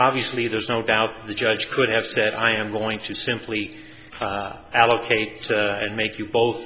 obviously there's no doubt the judge could have said i am going to simply allocate and make you both